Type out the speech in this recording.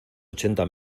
ochenta